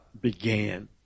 began